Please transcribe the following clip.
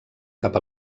cap